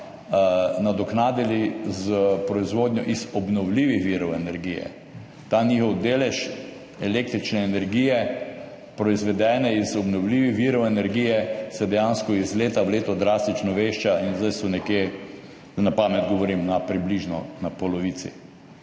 nadoknadili s proizvodnjo iz obnovljivih virov energije. Ta njihov delež električne energije, proizvedene iz obnovljivih virov energije, se dejansko iz leta v leto drastično veča. In zdaj so, na pamet govorim, približno nekje na polovici,